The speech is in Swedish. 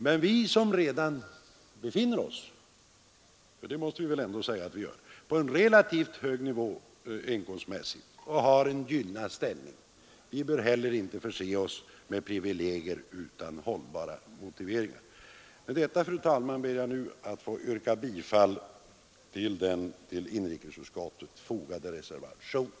Men vi som redan befinner oss — för det måste vi väl ändå säga att vi gör — på en relativt hög nivå inkomstmässigt och har en gynnad ställning bör heller inte förse oss med privilegier utan hållbara motiveringar. Med detta, fru talman, ber jag att få yrka bifall till den vid inrikesutskottets betänkande fogade reservationen.